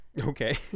Okay